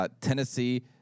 Tennessee